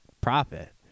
profit